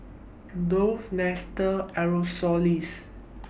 Dove Nestle Aerosoles